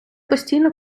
постійно